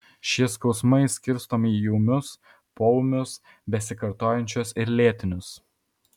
šie skausmai skirstomi į ūmius poūmius besikartojančius ir lėtinius